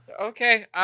Okay